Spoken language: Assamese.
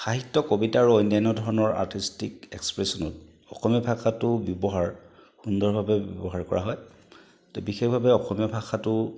সাহিত্য কবিতা আৰু অন্যান্য ধৰণৰ আৰ্টিষ্টিক এক্সপ্ৰেচনত অসমীয়া ভাষাটো ব্যৱহাৰ সুন্দৰভাৱে ব্যৱহাৰ কৰা হয় তো বিশেষভাৱে অসমীয়া ভাষাটো